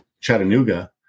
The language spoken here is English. Chattanooga